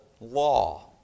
law